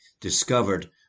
discovered